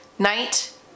Night